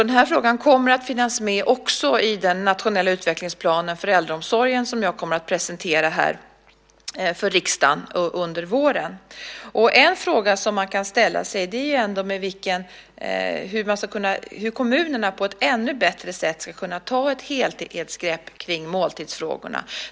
Den här frågan kommer också att finnas med i den nationella utvecklingsplanen för äldreomsorgen som jag kommer att presentera för riksdagen under våren. En fråga som man kan ställa sig är hur kommunerna på ett ännu bättre sätt ska kunna ta ett helhetsgrepp om måltidsfrågorna.